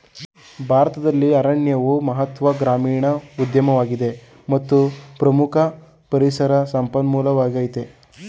ಭಾರತದಲ್ಲಿ ಅರಣ್ಯವು ಮಹತ್ವದ ಗ್ರಾಮೀಣ ಉದ್ಯಮವಾಗಿದೆ ಮತ್ತು ಪ್ರಮುಖ ಪರಿಸರ ಸಂಪನ್ಮೂಲವಾಗಯ್ತೆ